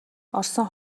орсон